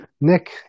Nick